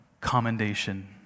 Commendation